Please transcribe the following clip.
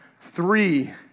three